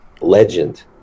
legend